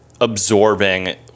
absorbing